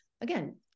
again